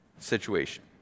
situation